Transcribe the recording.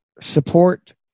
support